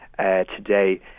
today